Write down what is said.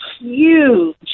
huge